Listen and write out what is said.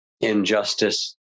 injustice